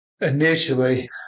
Initially